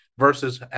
versus